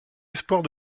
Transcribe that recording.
espoirs